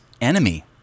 enemy